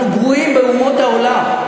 אנחנו מהגרועים באומות העולם,